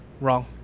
wrong